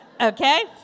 Okay